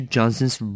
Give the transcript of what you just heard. Johnson's